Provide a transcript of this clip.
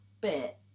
bit